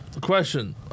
question